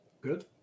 Good